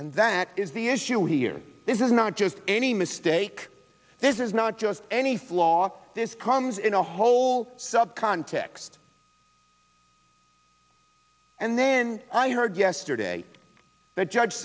and that is the issue here this is not just any mistake this is not just any flaw this comes in a whole sub context and then i heard yesterday that judge